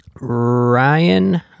Ryan